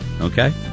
Okay